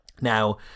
Now